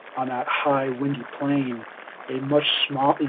on that high windy plain a much small, you